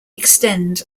extend